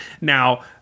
Now